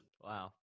Wow